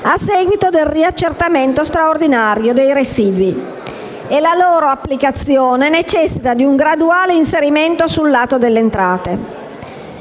a seguito del riaccertamento straordinario dei residui e la loro applicazione necessita di una graduale inserimento sul lato delle entrate.